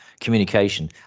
communication